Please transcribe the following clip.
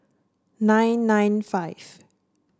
nine nine five